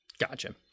Gotcha